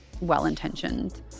well-intentioned